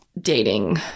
dating